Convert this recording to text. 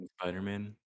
Spider-Man